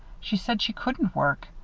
she said she couldn't work.